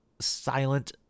silent